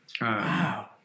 Wow